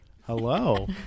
Hello